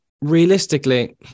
realistically